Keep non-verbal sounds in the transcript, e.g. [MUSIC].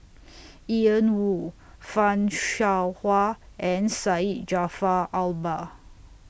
[NOISE] Ian Woo fan Shao Hua and Syed Jaafar Albar